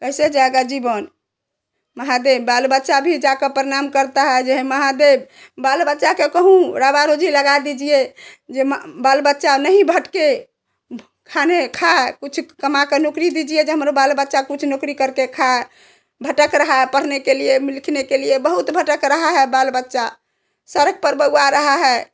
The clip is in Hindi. कैसे जाएगा जीवन महादेव बाल बच्चा भी जाके प्रणाम करता है हे महादेव बाल बच्चा का कहूँ रवा रोजी लगा दीजिए जो बाल बच्चा नहीं भटके खाने खाँ कुछ कमा को नौकरी दीजिए जो हमरो बाल बच्चा कुछ नौकरी कर के खाए भटक रहा है पढ़ने के लिए लिखने के लिए बहुत भटक रहा है बाल बच्चा सड़क पर बौरा रहा है